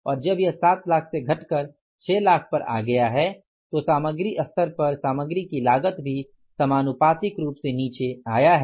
और जब यह 7 लाख से घटकर 6 लाख पर आ गया है तो सामग्री स्तर पर सामग्री की लागत भी समानुपातिक रूप से नीचे आया है